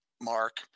Mark